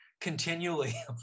continually